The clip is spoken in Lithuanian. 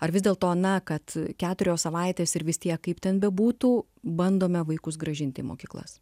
ar vis dėlto na kad keturios savaitės ir vis tiek kaip ten bebūtų bandome vaikus grąžinti į mokyklas